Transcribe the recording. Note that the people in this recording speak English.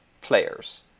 players